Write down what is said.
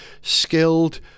skilled